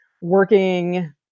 working